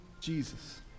Jesus